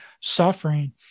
suffering